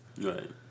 Right